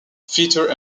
feature